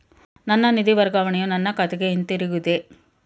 ನನ್ನ ನಿಧಿ ವರ್ಗಾವಣೆಯು ನನ್ನ ಖಾತೆಗೆ ಹಿಂತಿರುಗಿದೆ